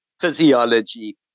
physiology